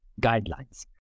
guidelines